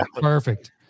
Perfect